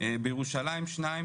בירושלים 2,